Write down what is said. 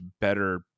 better